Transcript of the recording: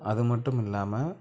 அது மட்டும் இல்லாமல்